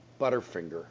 Butterfinger